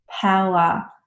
power